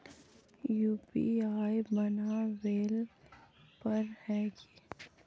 UPI बनावेल पर है की?